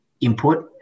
input